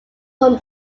from